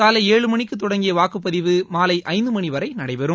காலை ஏழுமணிக்கு தொடங்கிய வாக்குப்பதிவு மாலை ஐந்துமணி வரை நடைபெறும்